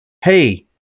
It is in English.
hey